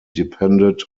depended